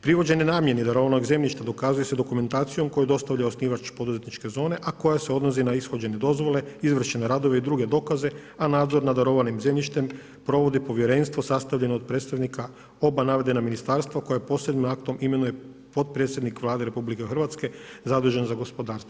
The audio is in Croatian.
Privođene namjeni darovanog zemljišta dokazuje se dokumentacijom koju dostavlja osnivač poduzetničke zone, a koja se odnosi na ishođene dozvole, izvršene radove i druge dokaze, a nadzor nad darovanim zemljištem provodi povjerenstvo sastavljeno od predstavnika oba navedena ministarstva koja posebnim aktom imenuje potpredsjednik Vlade RH zadužen za gospodarstvo.